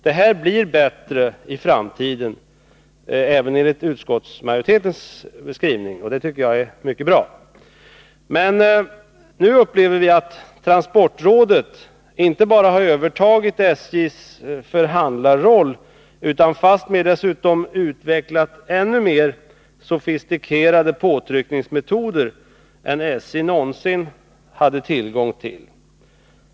Det blir bättre i framtiden, även med utskottsmajoritetens skrivning — och det tycker jag är mycket bra. Men nu upplever vi att transportrådet inte bara har övertagit SJ:s förhandlarroll utan dessutom utvecklat ännu mer sofistikerade påtryckningsmetoder än SJ någonsin hade tillgång till.